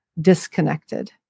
disconnected